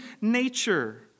nature